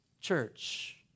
church